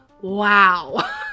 wow